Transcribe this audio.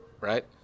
right